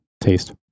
taste